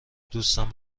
دوستم